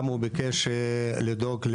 גם הוא ביקש לדאוג,